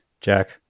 Jack